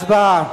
נתקבלה.